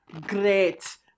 Great